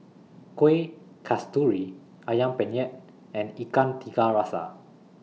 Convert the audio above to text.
Kueh Kasturi Ayam Penyet and Ikan Tiga Rasa